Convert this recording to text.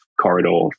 corridor